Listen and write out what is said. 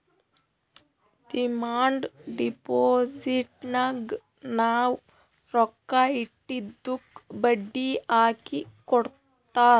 demand ಡಿಪೋಸಿಟ್ನಾಗ್ ನಾವ್ ರೊಕ್ಕಾ ಇಟ್ಟಿದ್ದುಕ್ ಬಡ್ಡಿ ಹಾಕಿ ಕೊಡ್ತಾರ್